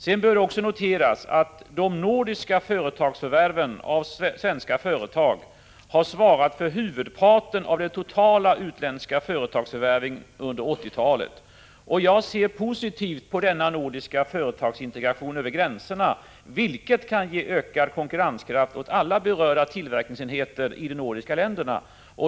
Det bör också noteras att de nordiska förvärven av svenska företag har svarat för huvudparten av de totala utländska företagsförvärven under 1980-talet. Jag ser positivt på denna nordiska företagsintegration över gränserna, vilken kan ge ökad konkurrenskraft åt alla berörda tillverknings enheter i de nordiska länderna.